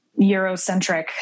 Eurocentric